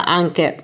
anche